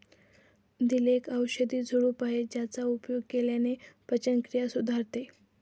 दिल एक औषधी झुडूप आहे ज्याचा उपयोग केल्याने पचनक्रिया सुधारते